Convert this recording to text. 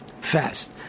fast